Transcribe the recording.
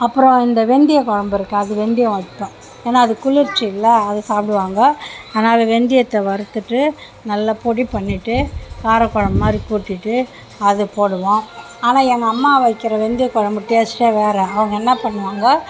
அப்புறம் இந்த வெந்தைய குழம்பு இருக்கு அது வெந்தையம் வைப்பேன் ஏன்னா அது குளிர்ச்சியில அது சாப்பிடுவாங்க ஆனால் அது வெந்தையத்தை வறுத்துட்டு நல்லா பொடி பண்ணிவிட்டு கார குழம்பு மாதிரி கூட்டிகிட்டு அது போடுவோம் ஆனால் எங்கள் அம்மா வைக்கிற வெந்தய குழம்பு டேஸ்ட்டே வேறு அவங்க என்ன பண்ணுவாங்கோ